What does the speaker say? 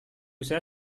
saya